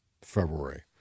February